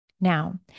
Now